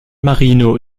marino